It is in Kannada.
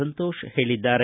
ಸಂತೋಷ್ ಹೇಳಿದ್ದಾರೆ